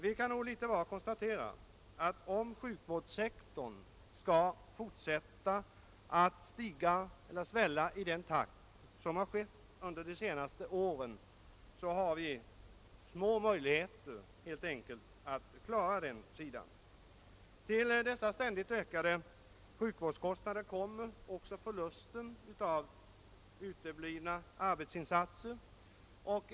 Vi kan nog litet var konstatera, att om sjukvårdssektorn skall fortsätta att svälla i samma tempo som under de senaste åren har vi små möjligheter att klara dem. Till de ständigt ökande sjukvårdskostnaderna kommer också förlusten av arbetsinsatser.